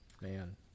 Man